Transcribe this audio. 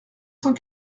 cent